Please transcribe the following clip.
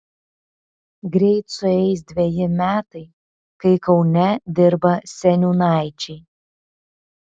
greit sueis dveji metai kai kaune dirba seniūnaičiai